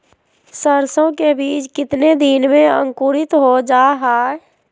सरसो के बीज कितने दिन में अंकुरीत हो जा हाय?